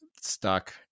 stuck